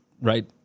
right